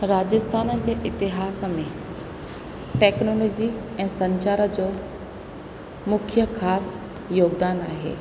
राजस्थान जे इतिहास में टेक्नोलॉजी ऐं संचार जो मुख्य ख़ासि योगदान आहे